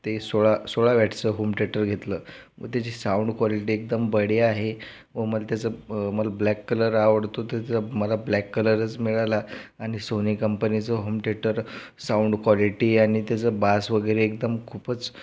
ते सोळा सोळा वॅटचं होम थिएटर घेतलं मग त्याची साऊंड क्वालिटी एकदम बढिया आहे व मला त्याचं मला ब्लॅक कलर आवडतो तर त्या मला ब्लॅक कलरच मिळाला आनि सोनी कंपनीचं होम थिएटर साऊंड क्वालिटी आणि त्याचं बास वगैरे एकदम खूपच